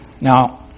Now